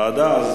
ועדה?